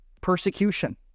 persecution